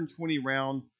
120-round